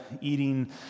eating